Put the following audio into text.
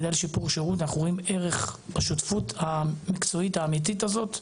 אנחנו רואים ערך בשותפות המקצועית האמיתית הזאת.